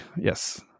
yes